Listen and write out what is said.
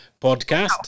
podcast